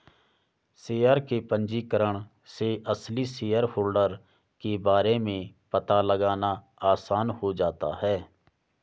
share के पंजीकरण से असली शेयरहोल्डर के बारे में पता लगाना आसान हो जाता है